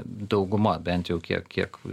dauguma bent jau kiek kiek